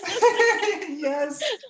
Yes